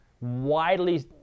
widely